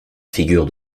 figure